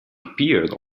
appeared